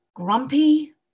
grumpy